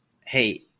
hey